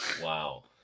Wow